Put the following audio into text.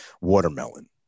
watermelon